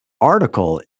article